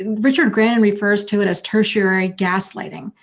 and richard gran refers to it as tertiary gaslighting,